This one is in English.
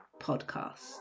podcast